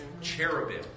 Cherubim